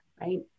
right